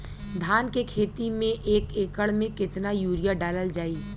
धान के खेती में एक एकड़ में केतना यूरिया डालल जाई?